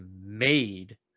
made